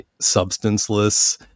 substanceless